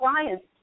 clients